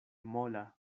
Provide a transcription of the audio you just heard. mola